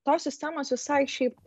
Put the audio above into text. tos sistemos visai šiaip